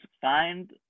find